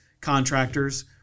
contractors